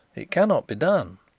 it cannot be done.